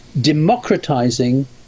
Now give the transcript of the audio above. democratizing